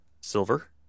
silver